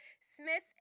Smith &